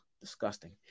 disgusting